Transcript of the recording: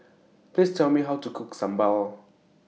Please Tell Me How to Cook Sambal